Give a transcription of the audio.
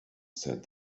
said